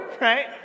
right